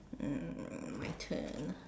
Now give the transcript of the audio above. mm my turn